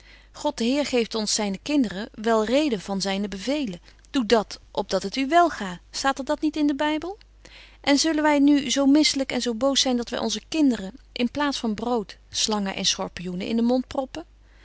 de heer geeft ons zyne kinderen wel reden van zyne beveelen doe dat op dat het u welga staat er dat niet in den bybel en zullen wy nu zo misselyk en zo boos zyn dat wy onze kinderen in plaats van brood slangen en schorpioenen in den mond proppen